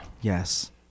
Yes